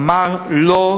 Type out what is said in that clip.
אמרה לא,